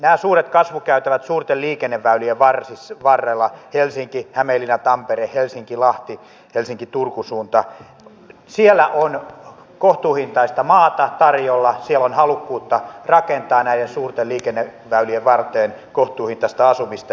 näillä suurilla kasvukäytävillä suurten liikenneväylien var varrela helsinki hämeenlinna tampere helsinki lahti varrella helsinkihämeenlinnatampere helsinkilahti helsinkiturku suunta on kohtuuhintaista maata tarjolla siellä on halukkuutta rakentaa näiden suurten liikenneväylien varteen kohtuuhintaista asumista